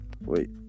wait